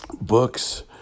books